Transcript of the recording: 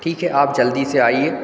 ठीक है आप जल्दी से आइए